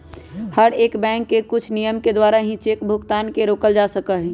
हर एक बैंक के कुछ नियम के द्वारा ही चेक भुगतान के रोकल जा सका हई